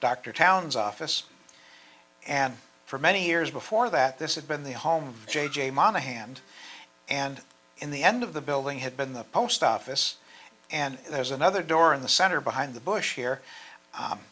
dr townes office and for many years before that this had been the home jay monahan and and in the end of the building had been the post office and there's another door in the center behind the bush here